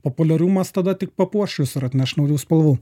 populiarumas tada tik papuošus jus ir atneš naujų spalvų